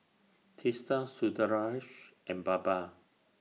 Teesta Sundaresh and Baba